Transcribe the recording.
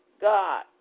God